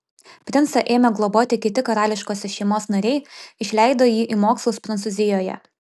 princą ėmė globoti kiti karališkosios šeimos nariai išleido jį į mokslus prancūzijoje